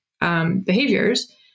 behaviors